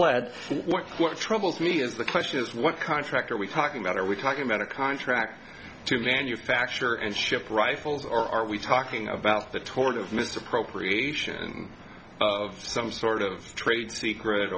what troubles me is the question is what contract are we talking about are we talking about a contract to manufacture and ship rifles or are we talking about the torrent of misappropriation of some sort of trade secret